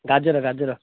ଗାଜର ଗାଜର